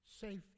Safety